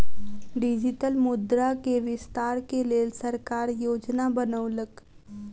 digital मुद्रा के विस्तार के लेल सरकार योजना बनौलक